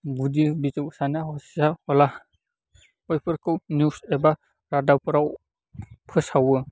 गुदि बिजौ साना हसिया ब्ला बैफोरखौ निउस एबा रादाबफोराव फोसावो